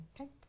Okay